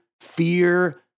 fear